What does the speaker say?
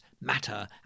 Matter